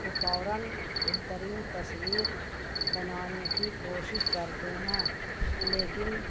فوراً بہترین تصویر بنانے کی کوشش کرتے ہیں لیکن